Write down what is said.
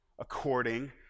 according